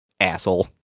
Asshole